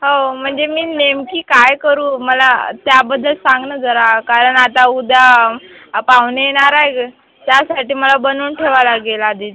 हो म्हणजे मी नेमकी काय करू मला त्याबद्दल सांग ना जरा कारण आता उद्या पाहुणे येणार आहे गं त्यासाठी ते मला बनवून ठेवाव लागेल आधीच